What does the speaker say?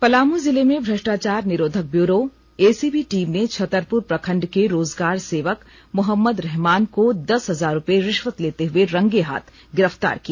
पलामू जिलें में भष्ट्राचार निरोधक ब्यूरो एसीबी टीम ने छतरपुर प्रखंड के रोजगार सेवक मोहम्मद रहमान को दस हजार रूपये रिश्वत लेते हुए रंगे हाथ गिरफ्तार किया